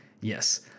Yes